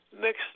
Next